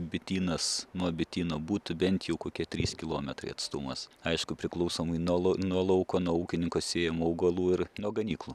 bitynas nuo bityno būtų bent jau kokie trys kilometrai atstumas aišku priklausomai nuo lu nuo lauko nuo ūkininko sėjamų augalų ir nuo ganyklų